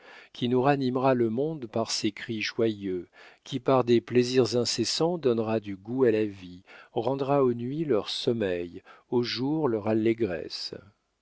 qui nous ranimera le monde par ses cris joyeux qui par des plaisirs incessants donnera du goût à la vie rendra aux nuits leur sommeil aux jours leur allégresse